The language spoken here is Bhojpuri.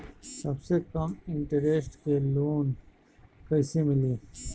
सबसे कम इन्टरेस्ट के लोन कइसे मिली?